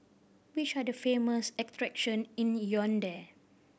which are the famous attraction in Yaounde